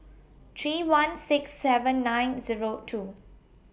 three one six seven nine Zero two